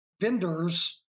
vendors